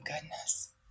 goodness